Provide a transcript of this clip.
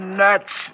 nuts